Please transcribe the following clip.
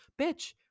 bitch